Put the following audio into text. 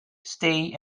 stay